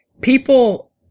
people